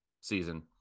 season